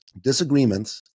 disagreements